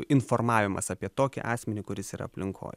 informavimas apie tokį asmenį kuris yra aplinkoj